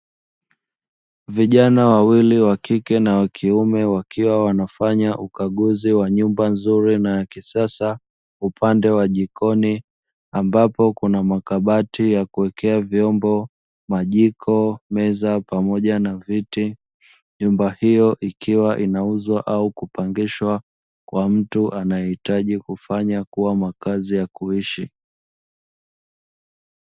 Vijana wawili wakike na wakiume wakiwa wa nafanya ukaguzi wa nyumba nzuri na yakisasa, upande wa jikoni ambapo kuna makabati ya kuwekea vyombo, majiko, Meza pamoja na viti. Nyumba hiyo ikiwa inauzwa au kupangishwa kwa mtu anayehitaji kufanya kuwa makazi ya kuishi.